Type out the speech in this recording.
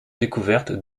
découverte